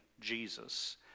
jesus